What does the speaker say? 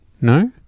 No